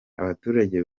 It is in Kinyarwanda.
abaturage